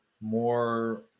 more